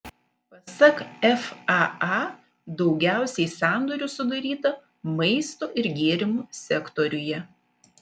pasak faa daugiausiai sandorių sudaryta maisto ir gėrimų sektoriuje